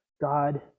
God